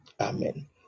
Amen